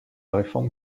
réforme